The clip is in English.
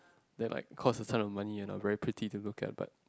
that like cost a ton of money and are very pretty to look at but